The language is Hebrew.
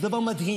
זה דבר מדהים,